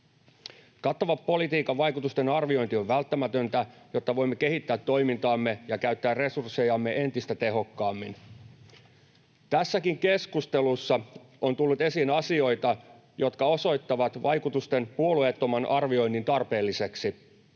Kattava politiikan vaikutusten arviointi on välttämätöntä, jotta voimme kehittää toimintaamme ja käyttää resurssejamme entistä tehokkaammin. Tässäkin keskustelussa on tullut esiin asioita, jotka osoittavat vaikutusten puolueettoman arvioinnin tarpeelliseksi.